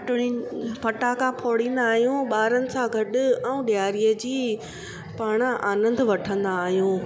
हटड़ियुनि फटाका फोड़ींदा आहियूं ॿारनि सां गॾु ऐं ॾियारीअ जी पाण आनंदु वठंदा आहियूं